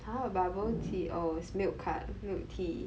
!huh! bubble tea oh it's milk co~ milk tea